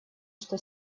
что